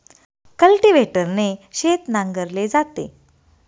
कल्टिव्हेटरने शेत नांगरले जाते